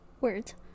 Words